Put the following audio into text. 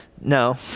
No